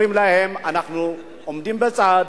אומרים להן: אנחנו עומדים בצד.